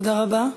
תודה רבה.